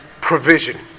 provision